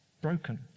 broken